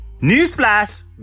Newsflash